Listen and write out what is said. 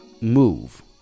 move